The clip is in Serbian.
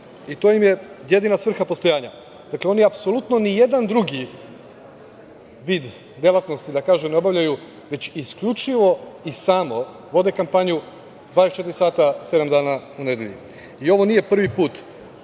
i to im je jedina svrha postojanja. Dakle, oni apsolutno ni jedan drugi vid delatnosti ne obavljaju, već isključivo i samo vode kampanju 24 sata sedam dana u nedelji. Ovo nije prvi put